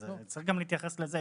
צריך גם להתייחס לזה.